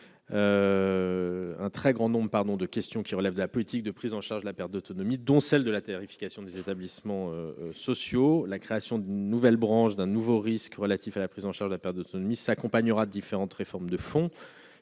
un très grand nombre de questions relevant de la politique de prise en charge de la perte d'autonomie, dont celle de la tarification des établissements sociaux. La création d'une nouvelle branche et d'un nouveau risque relatifs à la prise en charge de la perte d'autonomie s'accompagnera de différentes réformes de fond,